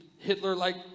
Hitler-like